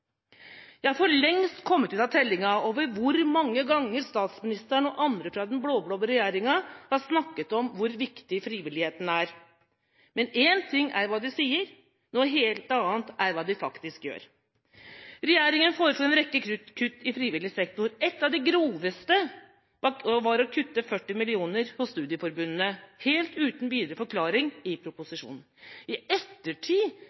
Jeg har for lengst kommet ut av tellinga over hvor mange ganger statsministeren og andre fra den blå-blå regjeringa har snakket om hvor viktig frivilligheten er. Men én ting er hva de sier, noe helt annet er hva de faktisk gjør. Regjeringa foreslår en rekke kutt i frivillig sektor. Et av de groveste var å kutte 40 mill. kr hos studieforbundene, helt uten videre forklaring i proposisjonen. I ettertid